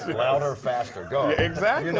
louder, faster, go. exactly. you know